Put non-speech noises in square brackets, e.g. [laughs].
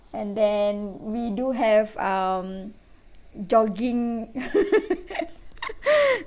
and then we do have um jogging [laughs]